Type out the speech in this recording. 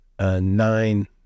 nine-